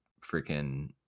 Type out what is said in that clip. freaking